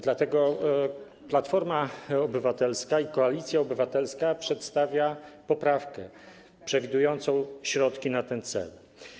Dlatego Platforma Obywatelska - Koalicja Obywatelska przedstawia poprawkę przewidującą zapewnienie środków na ten cel.